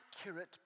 accurate